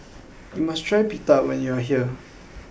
you must try Pita when you are here